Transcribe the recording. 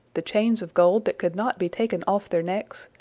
the chains of gold that could not be taken off their necks,